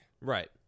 right